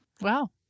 Wow